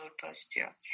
posture